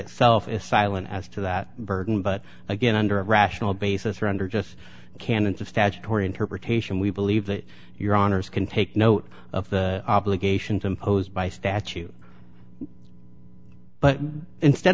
itself is silent as to that burden but again under a rational basis or under just canons of statutory interpretation we believe that your honour's can take note of the obligations imposed by statute but instead